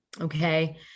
Okay